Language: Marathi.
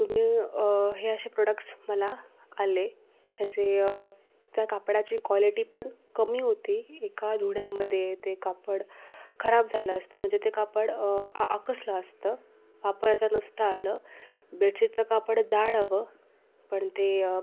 तर मी हे असे प्रोडक्ट्स मला आले त्याचे त्या कापडाची कॉलेटी पण कमी होती एका धुण्यामध्ये ते कापड खराब झालं असतं म्हणजे ते कापड आ आकसलं असतं वापरता नसता आलं बेडशीटचं कापड जाड हवं पण ते